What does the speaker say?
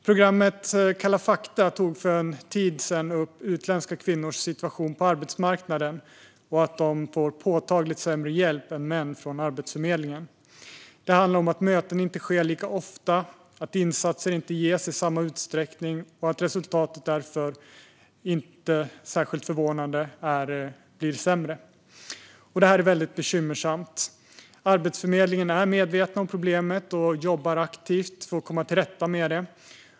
Programmet Kalla fakta tog för en tid sedan upp utländska kvinnors situation på arbetsmarknaden och att de får påtagligt sämre hjälp än män från Arbetsförmedlingen. Det handlar om att möten inte sker lika ofta, att insatser inte ges i samma utsträckning och att resultatet därför, inte särskilt förvånande, blir sämre. Detta är väldigt bekymmersamt. Arbetsförmedlingen är medveten om problemet och jobbar aktivt för att komma till rätta med det.